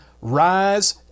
rise